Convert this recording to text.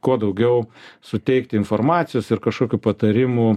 kuo daugiau suteikti informacijos ir kažkokių patarimų